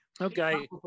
Okay